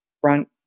front